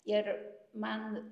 ir man